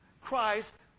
Christ